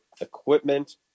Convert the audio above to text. equipment